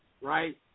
Right